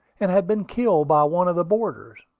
and had been killed by one of the boarders.